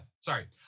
sorry